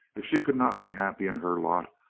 if she could not be happy in her lot,